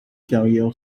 carrière